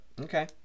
Okay